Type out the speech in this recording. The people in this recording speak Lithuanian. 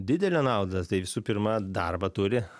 didelę naudą tai visų pirma darbą turi